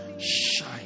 shine